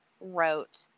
wrote